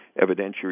evidentiary